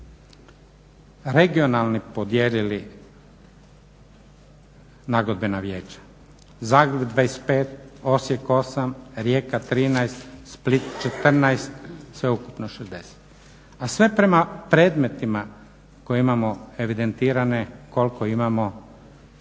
regionalni podijelili nagodbena vijeća Zagreb 25, Osijek 8, Rijeka 13, Split 14, sveukupno 60 a sve prema predmetima koje imamo evidentirane koliko imamo